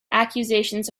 accusations